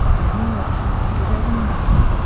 we had an election in and two thousand and eight,